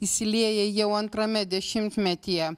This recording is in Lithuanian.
įsiliejai jau antrame dešimtmetyje